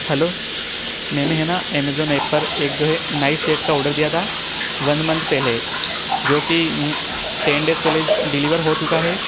hello मैंने है ना एमेज़ोन एप पर एक जो है नाइफ़ सेट का ऑर्डर दिया था वन मंथ पहले जो की टेन डेज़ पहले डिलीवर हो चुका है